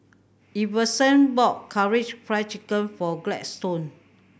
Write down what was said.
Iverson bought Karaage Fried Chicken for Gladstone